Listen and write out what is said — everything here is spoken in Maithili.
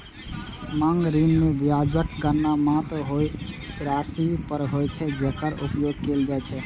मांग ऋण मे ब्याजक गणना मात्र ओइ राशि पर होइ छै, जेकर उपयोग कैल जाइ छै